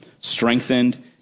strengthened